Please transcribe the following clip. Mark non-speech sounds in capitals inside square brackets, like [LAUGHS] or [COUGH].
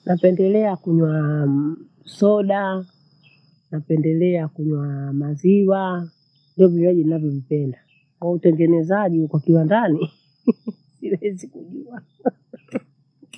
Napendelea kunywa [HESITATION] soda, napendela kunywa maziwa ni vinywaji ninavovipenda kwautengenezaji huko kiwandani [LAUGHS] siwezi kujua.